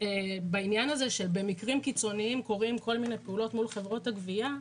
בעניין הזה שבמקרים קיצוניים קורות כל מיני פעולות מול חברות הגבייה,